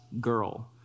girl